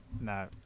No